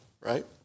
right